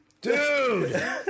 dude